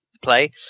play